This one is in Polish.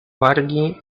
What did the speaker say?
wargi